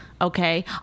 okay